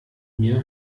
mir